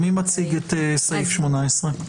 מי מציג את סעיף 18?